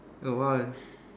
a while